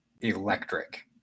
electric